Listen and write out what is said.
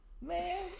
man